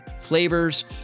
flavors